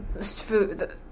food